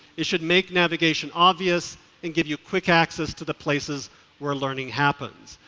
it should make navigation obvious and give you quick access to the places where learning happens.